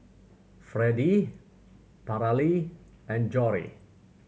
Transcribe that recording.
Fredie Paralee and Jory